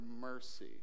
mercy